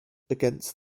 against